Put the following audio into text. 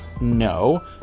no